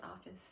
office